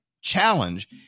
challenge